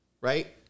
Right